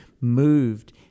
moved